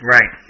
Right